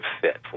fit